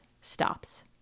stops